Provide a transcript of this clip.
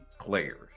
players